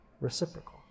reciprocal